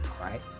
Right